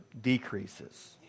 decreases